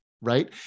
right